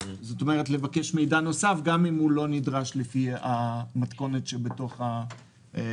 כלומר לבקש מידע נוסף גם אם הוא לא נדרש לפי המתכונת שבתוך הצו.